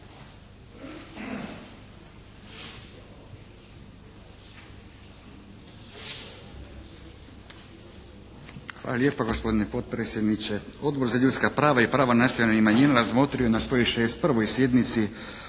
Hvala lijepo gospodine potpredsjedniče. Odbor za ljudska prava i prava nacionalnih manjina razmotrio je na svojoj 61. sjednici